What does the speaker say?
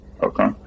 Okay